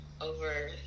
over